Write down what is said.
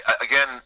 again